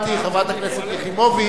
חברת הכנסת יחימוביץ,